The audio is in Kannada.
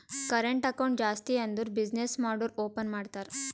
ಕರೆಂಟ್ ಅಕೌಂಟ್ ಜಾಸ್ತಿ ಅಂದುರ್ ಬಿಸಿನ್ನೆಸ್ ಮಾಡೂರು ಓಪನ್ ಮಾಡ್ತಾರ